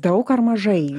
daug ar mažai